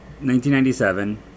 1997